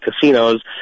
casinos